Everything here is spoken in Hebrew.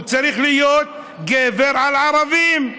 הוא צריך להיות גבר על ערבים,